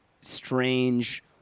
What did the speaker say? strange